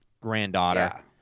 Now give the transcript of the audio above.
granddaughter